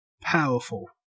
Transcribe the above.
Powerful